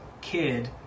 kid